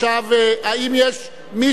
(קוראת בשמות